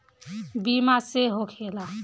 बीमा से का होखेला?